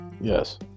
Yes